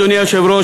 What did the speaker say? אדוני היושב-ראש,